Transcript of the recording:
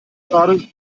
gerade